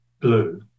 blue